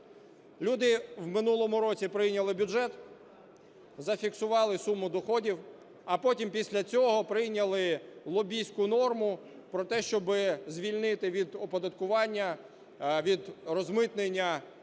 Люди в минулому році прийняли бюджет, зафіксували суму доходів, а потім після цього прийняли лобістську норму про те, щоб звільнити від оподаткування, від розмитнення